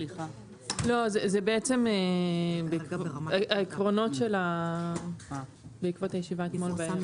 לא, זה בעצם העקרונות בעקבות הישיבה אתמול בערב.